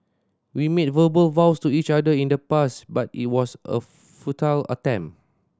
we made verbal vows to each other in the past but it was a futile attempt